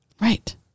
Right